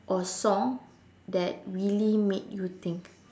or song that really made you think